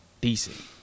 decent